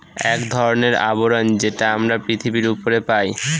এক ধরনের আবরণ যেটা আমরা পৃথিবীর উপরে পাই